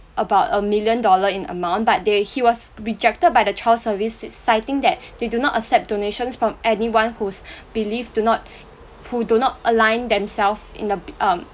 about a million dollar in amount but they he was rejected by the child service citing that they do not accept donations from anyone who's belief do not who do not align themself in the um